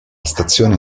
stazione